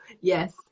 yes